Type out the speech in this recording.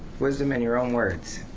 wisdom in your own words.